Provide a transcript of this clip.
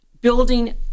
building